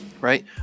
right